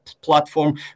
platform